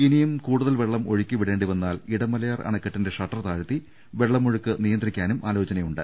ഇനിയും കൂടുതൽ വെള്ളം ഒഴുക്കിവിടേണ്ടി വന്നാൽ ഇടമലയാർ അണക്കെട്ടിന്റെ ഷട്ടർ താഴ്ത്തി വെള്ളമൊഴുക്ക് നിയന്ത്രിക്കാനും ആലോചനയുണ്ട്